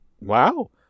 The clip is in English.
Wow